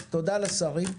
אז תודה לשרים,